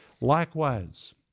Likewise